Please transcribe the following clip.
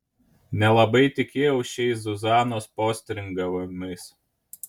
nelabai tikėjau šiais zuzanos postringavimais